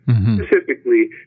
Specifically